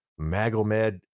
Magomed